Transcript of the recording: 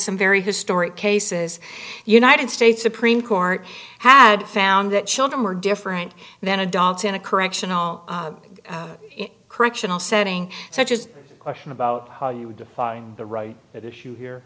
some very historic cases the united states supreme court had found that children were different than adults in a correctional correctional setting such as a question about how you define the right at issue